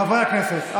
חברי הכנסת,